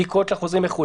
בדיקות לחוזרים מחו"ל,